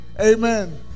Amen